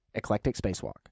eclecticspacewalk